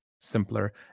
simpler